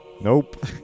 Nope